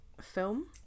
film